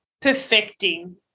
perfecting